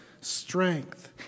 strength